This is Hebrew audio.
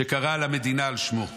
שקרא למדינה על שמו.